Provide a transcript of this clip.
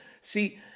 See